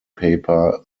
paper